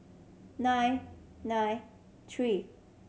nine nine three